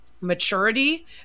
maturity